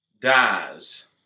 dies